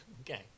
Okay